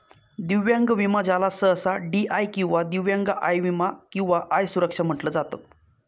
दिव्यांग विमा ज्याला सहसा डी.आय किंवा दिव्यांग आय विमा किंवा आय सुरक्षा म्हटलं जात